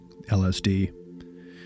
LSD